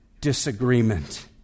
disagreement